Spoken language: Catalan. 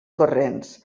corrents